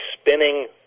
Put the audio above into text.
spinning